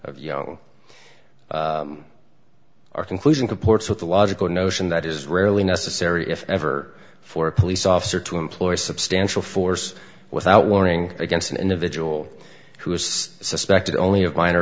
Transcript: six you know our conclusion comports with the logical notion that is rarely necessary if ever for a police officer to employ substantial force without warning against an individual who is suspected only of min